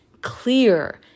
clear